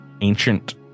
ancient